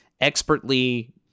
expertly